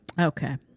Okay